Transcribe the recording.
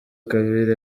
kabiri